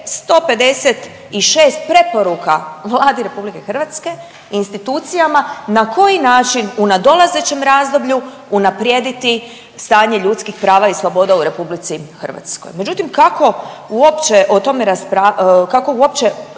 156 preporuka Vladi RH, institucijama na koji način u nadolazećem razdoblju unaprijediti stanje ljudskih prava i sloboda u RH. Međutim, kako uopće o tome .../Govornik se